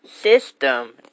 system